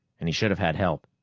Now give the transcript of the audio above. and he should have had help.